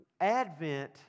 Advent